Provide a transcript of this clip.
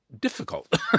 difficult